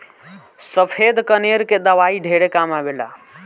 सफ़ेद कनेर के दवाई ढेरे काम आवेल